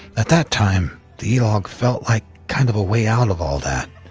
at that time, the e-log felt like kind of a way out of all that.